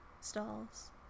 stalls